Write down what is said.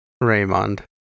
Raymond